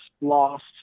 lost